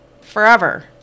forever